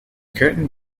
curtain